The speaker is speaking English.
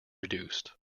reduced